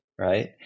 right